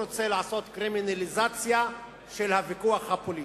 הוא רוצה לעשות קרימינליזציה של הוויכוח הפוליטי.